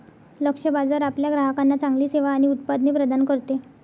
लक्ष्य बाजार आपल्या ग्राहकांना चांगली सेवा आणि उत्पादने प्रदान करते